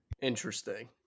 Interesting